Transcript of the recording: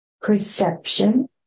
perception